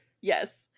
Yes